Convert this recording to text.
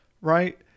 right